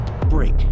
break